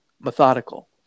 methodical